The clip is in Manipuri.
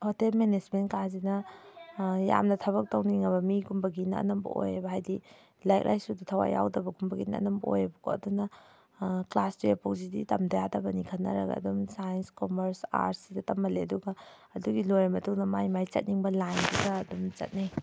ꯍꯣꯇꯦꯜ ꯃꯦꯅꯦꯖꯃꯦꯟꯀꯥꯁꯤꯅ ꯌꯥꯝꯅ ꯊꯕꯛ ꯇꯧꯅꯤꯡꯉꯕ ꯃꯤꯒꯨꯝꯕꯒꯤꯅ ꯑꯅꯝꯕ ꯑꯣꯏꯌꯦꯕ ꯍꯥꯏꯗꯤ ꯂꯥꯏꯔꯤꯛ ꯂꯥꯏꯁꯨꯗ ꯊꯋꯥꯏ ꯌꯥꯎꯗꯕꯒꯨꯝꯕꯒꯤꯅ ꯑꯅꯝꯕ ꯑꯣꯏꯌꯦꯕꯀꯣ ꯑꯗꯨꯅ ꯀ꯭ꯂꯥꯁ ꯇꯨꯌꯦꯜꯞ ꯐꯥꯎꯁꯤꯗꯤ ꯇꯝꯗ ꯌꯥꯗꯕꯅꯤ ꯈꯟꯅꯔꯒ ꯑꯗꯨꯝ ꯁꯥꯏꯟꯁ ꯀꯣꯃꯔꯁ ꯑꯥꯔꯠꯁ ꯁꯤꯗ ꯇꯝꯍꯜꯂꯦ ꯑꯗꯨꯒ ꯑꯗꯨꯒꯤ ꯂꯣꯏꯔ ꯃꯇꯨꯡꯗ ꯃꯥꯏ ꯃꯥꯏ ꯆꯠꯅꯤꯡꯕ ꯂꯥꯏꯟꯁꯤꯗ ꯑꯗꯨꯝ ꯆꯠꯅꯩ